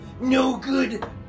no-good